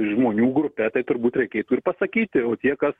žmonių grupe tai turbūt reikėtų ir pasakyti o tie kas